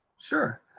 sure,